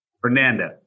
Fernanda